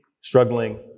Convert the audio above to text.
struggling